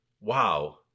wow